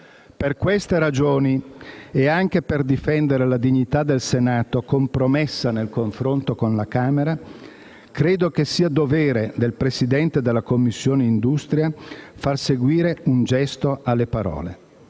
Per queste ragioni, e anche per difendere la dignità del Senato, compromessa nel confronto con la Camera, credo che sia dovere del Presidente della Commissione Industria far seguire un gesto alle parole.